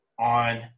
On